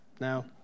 Now